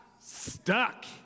stuck